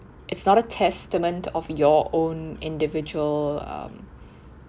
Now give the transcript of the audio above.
it's not a testament of your own individual um